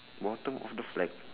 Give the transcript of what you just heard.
bottom of the flag